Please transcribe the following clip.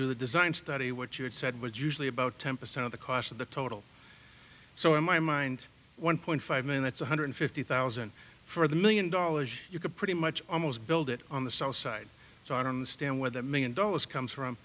do the design study which it said would usually about ten percent of the cost of the total so in my mind one point five minutes one hundred fifty thousand for the million dollars you could pretty much almost build it on the south side so i don't understand where that million dollars comes from